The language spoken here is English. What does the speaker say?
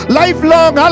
lifelong